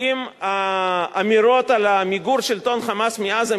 אם האמירות על מיגור שלטון "חמאס" בעזה,